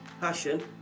passion